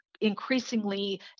increasingly